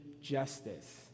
justice